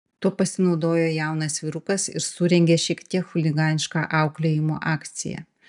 tuo pasinaudojo jaunas vyrukas ir surengė šiek tiek chuliganišką auklėjimo akciją